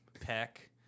Peck